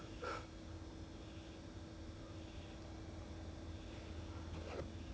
奇怪 right don't know whether is it because due to lack of testing ah or is it because genuinely